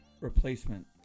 replacement